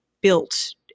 built